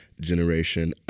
generation